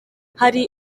hari